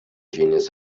genus